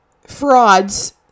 Frauds